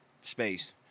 space